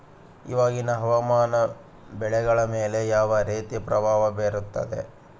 ಇವಾಗಿನ ಹವಾಮಾನ ಬೆಳೆಗಳ ಮೇಲೆ ಯಾವ ರೇತಿ ಪ್ರಭಾವ ಬೇರುತ್ತದೆ?